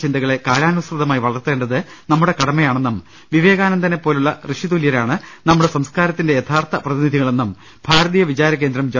ചിന്തകളെ കാലാനുസൃതമായി വളർത്തേണ്ടത് നമ്മുടെ കടമയാണെന്നും വിവേകാനന്ദ നെപ്പോലുള്ള ഋഷിതുല്യരാണ് നമ്മുടെ സംസ്കാരത്തിന്റെ യഥാർത്ഥ പ്രതിനിധികളെന്നും ഭാരതീയ വിചാരകേന്ദ്രം ജോ